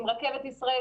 עם רכבת ישראל.